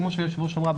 כמו שהיושבת-ראש אמרה,